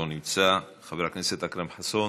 לא נמצא, חבר הכנסת אכרם חסון